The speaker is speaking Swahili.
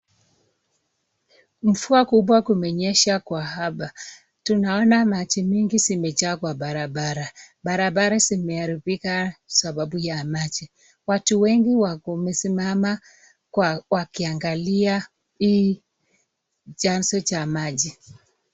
Mvua kubwa kumenyesha kwa hapa. Tunaona maji mingi zimejaa kwa barabara. Barabara zimeharibika sababu ya maji. Watu wengi wamesimama wakiangalia hii chanzo cha maji.